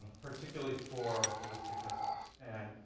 particularly for ballistic missiles. and